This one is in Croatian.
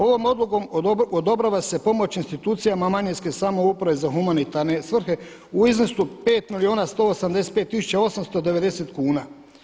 Ovom odlukom odobrava se pomoć institucijama manjinske samouprave za humanitarne svrhe u iznosu 5 milijuna 185 tisuća 890 kuna.